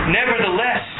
nevertheless